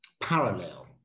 parallel